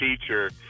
teacher